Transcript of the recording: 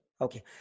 Okay